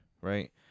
right